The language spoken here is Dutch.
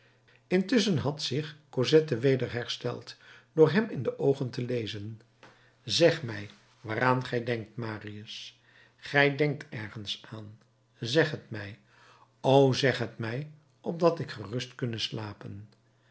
intusschen had zich cosette weder hersteld door hem in de oogen te zien zeg mij waaraan gij denkt marius gij denkt ergens aan zeg het mij och zeg het mij opdat ik gerust kunne slapen